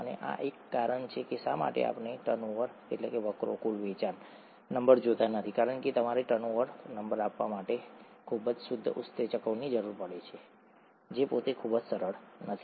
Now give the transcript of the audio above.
અને આ એક કારણ છે કે શા માટે આપણે ટર્નઓવરવકરોકુલ વેચાણ નંબર જોતા નથી કારણ કે તમારે ટર્નઓવર નંબર માપવા માટે ખૂબ જ શુદ્ધ ઉત્સેચકોની જરૂર પડે છે જે પોતે ખૂબ જ સરળ નથી